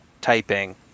typing